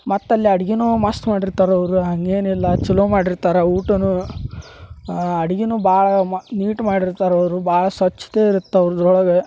ಮತ್ತೆ ಅಲ್ಲಿ ಅಡಿಗಿನೂ ಮಸ್ತು ಮಾಡಿರ್ತಾರವರು ಹಾಗೇನಿಲ್ಲ ಛಲೋ ಮಾಡಿರ್ತಾರೆ ಊಟನೂ ಅಡಿಗೆನೂ ಭಾಳ ಮ ನೀಟ್ ಮಾಡಿರ್ತಾರೆ ಅವರು ಭಾಳ ಸ್ವಚ್ಛತೆ ಇರತ್ತೆ ಅವ್ರ್ದೊಳಗೆ